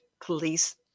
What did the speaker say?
police